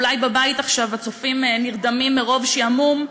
אולי בבית עכשיו הצופים נרדמים מרוב שעמום,